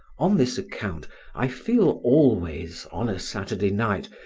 on this account i feel always, on a saturday night,